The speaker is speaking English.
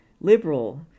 Liberal